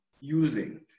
using